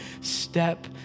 step